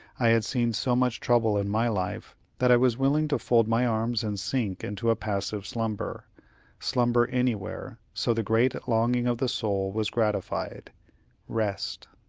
i had seen so much trouble in my life, that i was willing to fold my arms and sink into a passive slumber slumber anywhere, so the great longing of the soul was gratified rest.